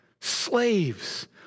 slaves